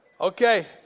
Okay